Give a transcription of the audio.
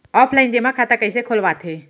Offline जेमा खाता कइसे खोलवाथे?